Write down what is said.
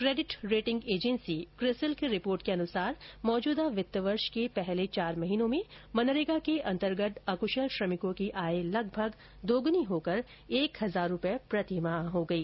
credit rating agency CRISIL की report के अनुसार मौजूदा वित्तवर्ष के पहले चार महीनों में मनरेगा के अंतर्गत अकुशल श्रमिकों की आय लगभग दोगुनी होकर एक हजार रुपये प्रति माह हो गयी